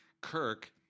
Kirk